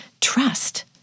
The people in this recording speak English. trust